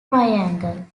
triangle